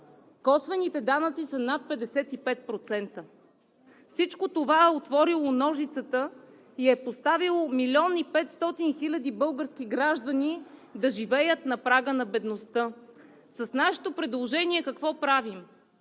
косвените данъци са над 55%. Всичко това е отворило ножицата и е поставило 1 млн. 500 хиляди български граждани да живеят на прага на бедността. С нашето предложение какво правим?